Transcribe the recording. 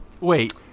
wait